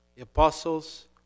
apostles